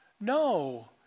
No